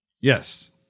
Yes